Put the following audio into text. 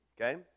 Okay